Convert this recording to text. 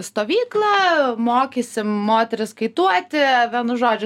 stovyklą mokysim moteris kaituoti vienu žodžiu